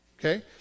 Okay